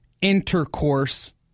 intercourse